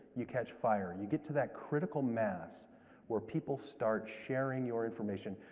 you catch fire. you get to that critical mass where people start sharing your information,